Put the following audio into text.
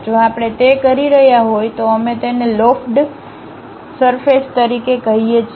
જો આપણે તે કરી રહ્યાં હોય તો અમે તેને લોફ્ટ્ડ સરફેસ તરીકે કહીએ છીએ